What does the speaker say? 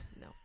No